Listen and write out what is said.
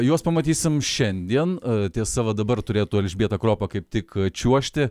juos pamatysim šiandien tiesa va dabar turėtų elžbieta kropa kaip tik čiuožti